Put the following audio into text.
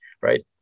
right